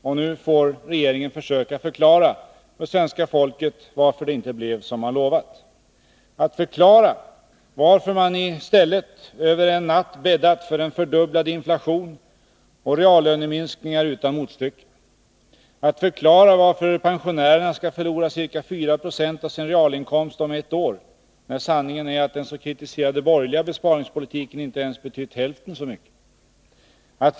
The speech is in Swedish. Och nu får regeringen försöka förklara för svenska folket varför det inte blev som man lovat. Förklara varför man i stället över en natt bäddat för en fördubblad inflation och reallöneminskningar utan motstycke. Förklara varför pensionärerna skall förlora ca 4 96 av sin realinkomst om ett år, när sanningen är att den så kritiserade borgerliga besparingspolitiken inte ens betytt hälften så mycket.